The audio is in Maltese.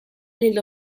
lill